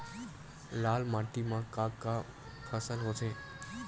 लाल माटी म का का फसल होथे?